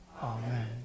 Amen